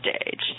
stage